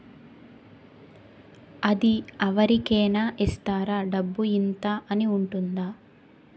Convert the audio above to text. అది అవరి కేనా ఇస్తారా? డబ్బు ఇంత అని ఉంటుందా?